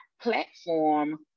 platform